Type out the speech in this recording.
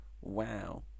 Wow